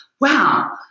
Wow